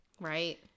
Right